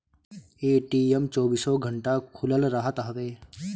ATM चौबीसो घंटा खुलल रहत हवे